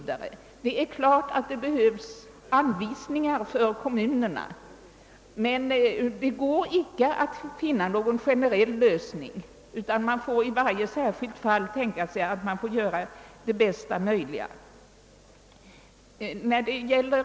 Det är klart att det behövs anvisningar för kommunerna, men det går inte att finna någon generell lösning, utan man får i varje särskilt fall försöka åstadkomma den bästa möjliga lösningen.